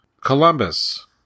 Columbus